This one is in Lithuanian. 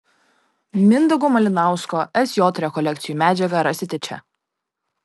mindaugo malinausko sj rekolekcijų medžiagą rasite čia